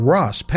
Ross